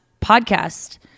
podcast